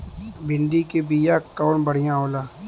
भिंडी के बिया कवन बढ़ियां होला?